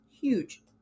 Huge